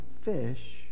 fish